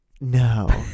no